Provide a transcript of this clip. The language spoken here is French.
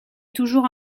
toujours